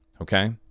okay